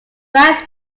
rice